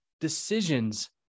decisions